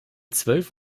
zwölf